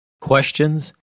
questions